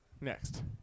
Next